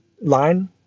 line